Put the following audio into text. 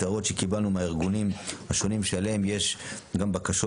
ההערות שקיבלנו מהארגונים השונים שעליהם יש גם בקשות,